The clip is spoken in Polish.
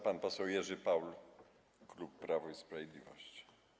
Pan poseł Jerzy Paul, klub Prawo i Sprawiedliwość.